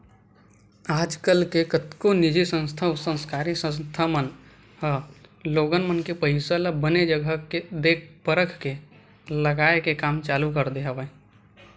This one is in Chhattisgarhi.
आजकल कतको निजी संस्था अउ सरकारी संस्था मन ह लोगन मन के पइसा ल बने जघा देख परख के लगाए के काम चालू कर दे हवय